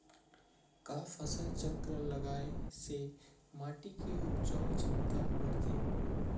का फसल चक्र लगाय से माटी के उपजाऊ क्षमता बढ़थे?